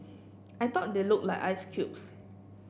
I thought they looked like ice cubes